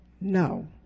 No